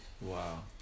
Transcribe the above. Wow